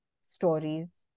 stories